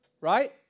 right